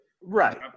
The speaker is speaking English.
Right